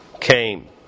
came